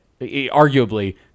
arguably